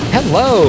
Hello